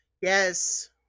Yes